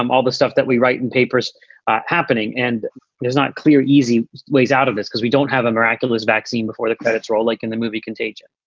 um all the stuff that we write in papers happening and it is not clear, easy ways out of this because we don't have a miraculous vaccine before the credits roll. like in the movie contagion